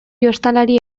jostalari